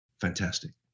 Fantastic